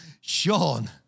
Sean